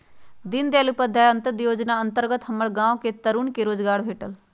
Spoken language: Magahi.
दीनदयाल उपाध्याय अंत्योदय जोजना के अंतर्गत हमर गांव के तरुन के रोजगार भेटल